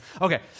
Okay